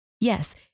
Yes